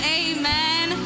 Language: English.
amen